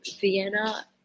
Vienna